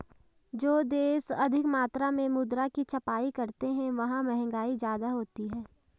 जो देश अधिक मात्रा में मुद्रा की छपाई करते हैं वहां महंगाई ज्यादा होती है